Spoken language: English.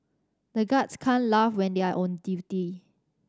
the guards can't laugh when they are on duty